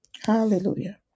hallelujah